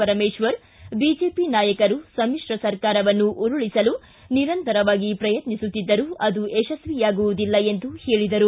Parameshwar BJP ನಾಯಕರು ಸಮ್ಮಿಶ್ರ ಸರ್ಕಾರವನ್ನು ಉರುಳಿಸಲು ನಿರಂತರವಾಗಿ ಪ್ರಯತ್ನಿಸುತ್ತಿದ್ದರೂ ಅದು ಯಶಸ್ವಿಯಾಗುವುದಿಲ್ಲ ಎಂದು ಹೇಳಿದರು